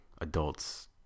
adults